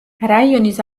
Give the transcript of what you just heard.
რაიონის